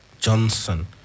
Johnson